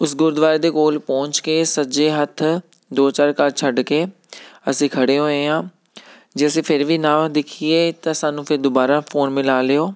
ਉਸ ਗੁਰਦੁਆਰੇ ਦੇ ਕੋਲ ਪਹੁੰਚ ਕੇ ਸੱਜੇ ਹੱਥ ਦੋ ਚਾਰ ਘਰ ਛੱਡ ਕੇ ਅਸੀਂ ਖੜ੍ਹੇ ਹੋਏ ਹਾਂ ਜੇ ਅਸੀਂ ਫਿਰ ਵੀ ਨਾ ਦਿਖੀਏ ਤਾਂ ਸਾਨੂੰ ਫਿਰ ਦੁਬਾਰਾ ਫੋਨ ਮਿਲਾ ਲਿਓ